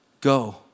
Go